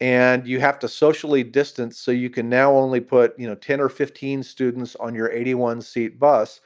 and you have to socially distance so you can now only put, you know, ten or fifteen students on your eighty one seat bus.